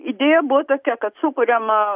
idėja buvo tokia kad sukuriama